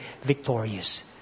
victorious